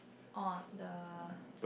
oh the